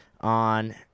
on